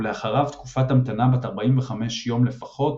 ולאחריו תקופת המתנה בת 45 יום לפחות,